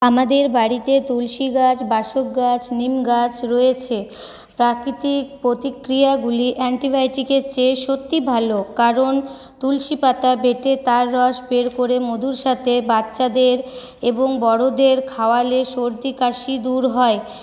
আমাদের বাড়িতে তুলসী গাছ বাসক গাছ নিম গাছ রয়েছে প্রাকৃতিক প্রতিক্রিয়াগুলি অ্যান্টিবায়োটিকের চেয়ে সত্যি ভালো কারণ তুলসী পাতা বেঁটে তার রস বের করে মধুর সাথে বাচ্চাদের এবং বড়োদের খাওয়ালে সর্দিকাশি দূর হয়